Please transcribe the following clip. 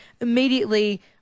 immediately